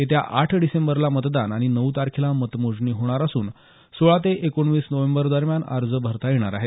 येत्या आठ डिसेंबरला मतदान आणि नऊ तारखेला मतमोजणी होणार असून सोळा ते एकवीस नोव्हेंबर दरम्यान अर्ज भरता येणार आहेत